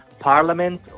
Parliament